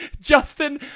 Justin